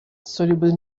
soluble